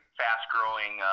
fast-growing